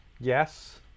Yes